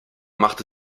machte